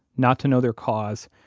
not to know their cause,